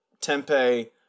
Tempe